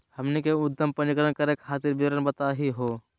हमनी के उद्यम पंजीकरण करे खातीर विवरण बताही हो?